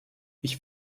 ich